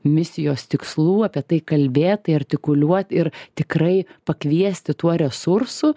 misijos tikslų apie tai kalbėt artikuliuot ir tikrai pakviesti tuo resursu